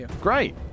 great